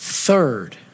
Third